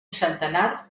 centenar